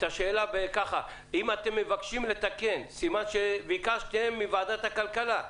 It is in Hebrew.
שאם אתם מבקשים לתקן, סימן שביקשתם מוועדת הכלכלה.